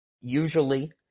usually